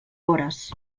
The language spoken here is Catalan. vores